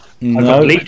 No